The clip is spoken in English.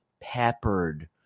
peppered